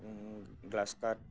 গ্ৰাছকাপ